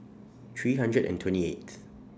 three hundred and twenty eighth